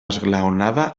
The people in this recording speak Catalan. esglaonada